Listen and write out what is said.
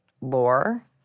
lore